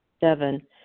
Seven